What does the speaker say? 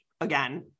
again